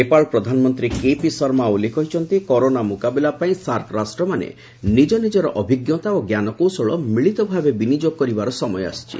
ନେପାଳ ପ୍ରଧାନମନ୍ତ୍ରୀ କେପି ଶର୍ମା ଓଲି କହିଛନ୍ତି କରୋନା ମୁକାବିଲା ପାଇଁ ସାର୍କ ରାଷ୍ଟ୍ରମାନେ ନିଜ ନିଜର ଅଭିଜ୍ଞତା ଓ ଞ୍ଜାନକୌଶଳ ମିଳିତ ଭାବେ ବିନିଯୋଗ କରିବାର ସମୟ ଆସିଛି